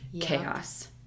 chaos